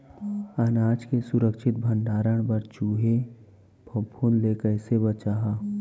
अनाज के सुरक्षित भण्डारण बर चूहे, फफूंद ले कैसे बचाहा?